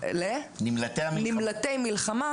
זה פחות נורא ממה שזה נראה'.